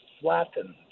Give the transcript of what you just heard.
flattened